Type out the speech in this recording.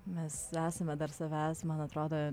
mes esame dar savęs man atrodo